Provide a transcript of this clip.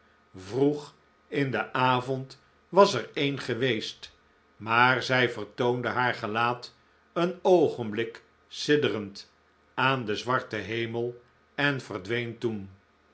vroeg in den avond was er een geweest maar zij vertoonde haar gelaat een oogenblik sidderend aan den zwarten hemel en verdween toen